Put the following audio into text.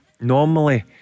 normally